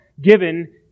given